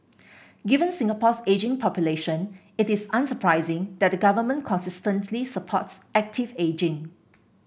given Singapore's ageing population it is unsurprising that the government consistently supports active ageing